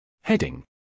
Heading